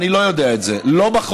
בהסתה רק זאת הדרך.